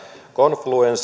confluence